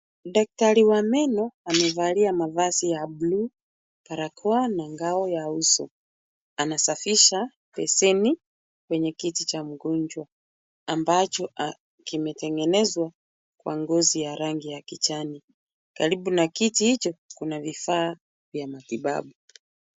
Daktari wa meno amevalia mavazi ya blue, barakoa na ngao ya uso. Anasafisha besheni kwenye kiti cha mgonjwa ambacho kimetengenezwa kwa ngozi ya rangi ya kijani. Karibu na kiti hicho, kuna vifaa vya matibabu.